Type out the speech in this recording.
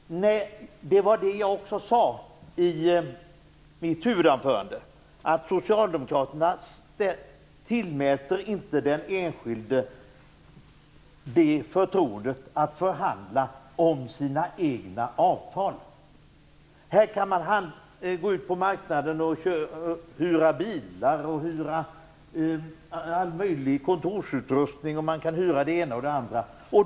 Nej, det var det jag också sade i mitt huvudanförande. Socialdemokraterna tillmäter inte den enskilde förtroendet att förhandla om sina egna avtal. Man kan gå ut på marknaden och hyra bilar, kontorsutrustning och det ena och det andra.